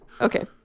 Okay